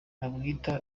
bamwita